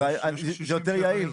זה יותר יעיל.